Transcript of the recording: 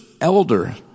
elder